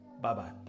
Bye-bye